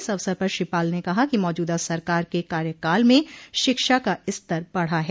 इस अवसर पर श्री पाल ने कहा कि मौजद्रा सरकार के कार्यकाल में शिक्षा का स्तर बढ़ा है